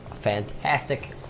fantastic